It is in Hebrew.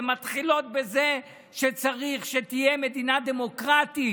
הן מתחילות בזה שצריך שתהיה מדינה דמוקרטית,